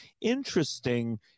interesting